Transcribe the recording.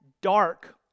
dark